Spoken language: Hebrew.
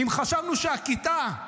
אם חשבנו שהכיתה,